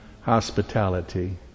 hospitality